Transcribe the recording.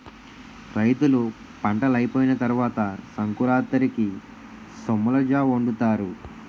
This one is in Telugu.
రైతులు పంటలైపోయిన తరవాత సంకురాతిరికి సొమ్మలజావొండుతారు